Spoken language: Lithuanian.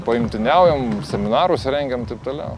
paimtyniaujam seminarus rengiam taip toliau